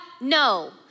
No